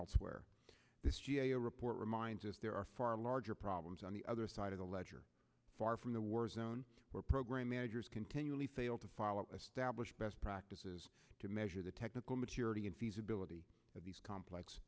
elsewhere this g a o report reminds us there are far larger problems on the other side of the ledger far from the war zone where program managers continually fail to follow established best practices to measure the technical maturity and feasibility of these complex